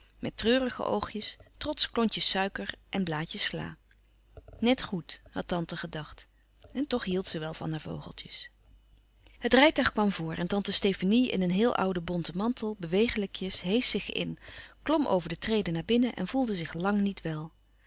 met treurige oogjes trots klontjes suiker en blaadjes sla net goed had tante gedacht en toch hield ze wel van haar vogeltjes het rijtuig kwam voor en tante stefanie in een heel ouden bonten mantel bewegelijkjes heesch zich in klom over de trede naar binnen en voelde zich lang niet wel